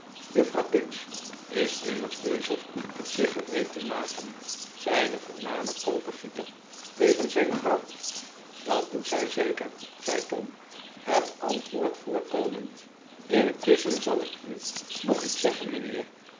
juffrouw pinch is immers bezig zich gereed te maken zei de voorname kppergieter tegen zijn vrouw dat doet zij zeker zei tom het antwoord voorkomend intusschen zal ik u nog iets zeggen mijnheer